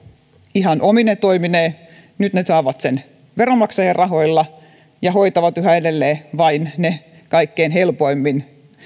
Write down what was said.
ihan omine toimineen saavat sen veronmaksajien rahoilla ja hoitavat yhä edelleen vain ne kaikkein helpoimmin